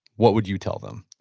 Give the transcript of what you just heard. what would you tell them?